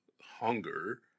hunger